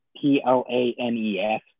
p-l-a-n-e-s